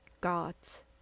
God's